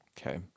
Okay